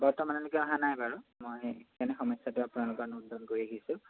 বৰ্তমানলৈকে অহা নাই বাৰু মই সেইকাৰণে সমস্যাটো আপোনালোকৰ ন'ট ডাউন কৰি ৰাখিছোঁ